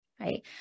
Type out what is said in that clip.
right